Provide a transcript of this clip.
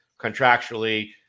contractually